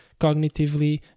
cognitively